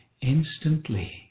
instantly